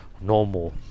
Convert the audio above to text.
normal